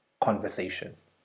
conversations